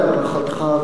להערכתך,